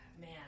Man